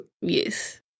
Yes